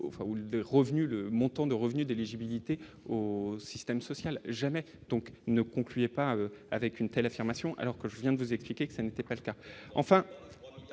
le montant de revenus d'éligibilité au système social jamais donc ne concluait pas avec une telle affirmation, alors que je viens de vous expliquer que ça n'était pas le cas, enfin